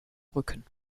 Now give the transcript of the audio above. rücken